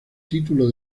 título